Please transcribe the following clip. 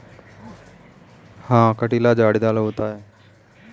गुलाब का पौधा कटीला और झाड़ीदार होता है